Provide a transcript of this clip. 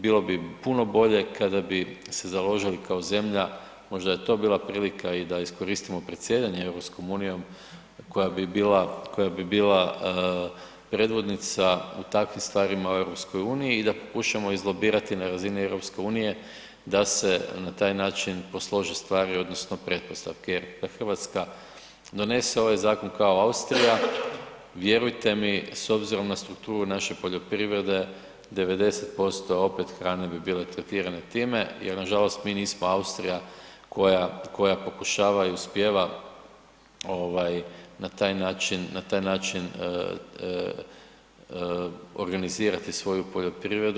Bilo bi puno bolje kada bi se založili kao zemlja, možda bi to bila prilika i da iskoristimo predsjedanje EU koja bi bila, koja bi bila predvodnica u takvim stvarima u EU i da pokušamo izlobirati na razini EU da se na taj način poslože stvari odnosno pretpostavke jer da RH donese ovaj zakon kao Austrija, vjerujte mi s obzirom na strukturu naše poljoprivrede 90% opet hrane bi bile tretirane time jer nažalost mi nismo Austrija koja, koja pokušava i uspijeva ovaj na taj način, na taj način organizirati svoju poljoprivredu.